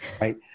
right